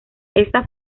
ésta